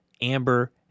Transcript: amber